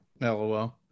LOL